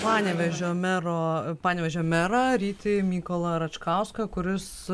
panevėžio mero panevėžio merą rytį mykolą račkauską kuris